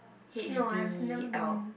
H_D_L